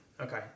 Okay